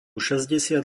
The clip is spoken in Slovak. šesťdesiat